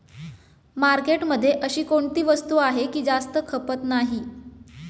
मार्केटमध्ये अशी कोणती वस्तू आहे की जास्त खपत नाही?